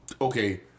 Okay